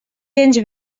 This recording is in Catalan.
gens